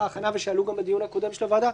ההכנה ושעלו גם בדיון הקודם של הוועדה,